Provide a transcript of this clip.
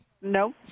No